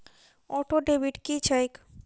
Auto debit की छैक?